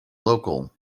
local